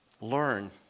learn